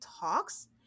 talks